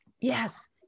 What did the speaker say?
yes